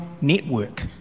network